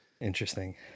Interesting